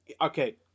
okay